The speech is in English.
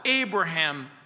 Abraham